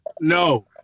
No